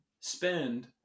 spend